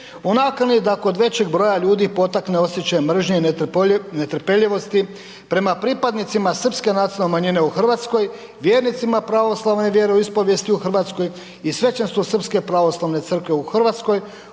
nakani da kod većeg broja ljudi potakne osjećaj mržnje i netrpeljivosti, prema pripadnicima srpske nacionalne manjine u Hrvatskoj, vjernicima pravoslavne vjeroispovijesti u Hrvatskoj i svećenstvo srpske pravoslavne crkve u Hrvatskoj,